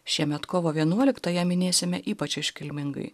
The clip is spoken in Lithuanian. šiemet kovo vienuoliktąją minėsim ypač iškilmingai